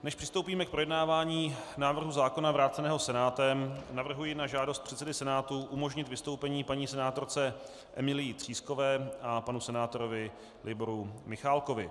Než přistoupíme k projednávání návrhu zákona vráceného Senátem, navrhuji na žádost předsedy Senátu umožnit vystoupení paní senátorce Emilii Třískové a panu senátorovi Liboru Michálkovi.